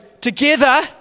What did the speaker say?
together